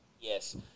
Yes